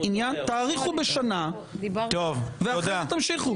משה, ינון, תאריכו בשנה, ואחרי זה תמשיכו.